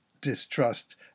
distrust